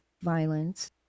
violence